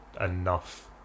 enough